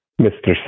Mr